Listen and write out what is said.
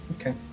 Okay